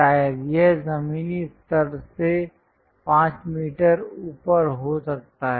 शायद यह जमीनी स्तर से 5 मीटर ऊपर हो सकता है